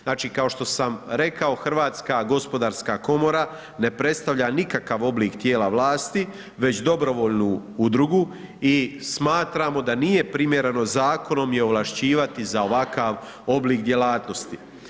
Znači kao što sam rekao Hrvatska gospodarska komora ne predstavlja nikakav oblik tijela vlasti, već dobrovoljnu udrugu i smatramo da nije primjereno zakonom ih ovlašćivati za ovakav oblik djelatnosti.